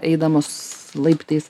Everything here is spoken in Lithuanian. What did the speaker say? eidamos laiptais